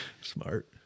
Smart